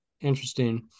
Interesting